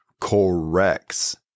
corrects